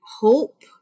hope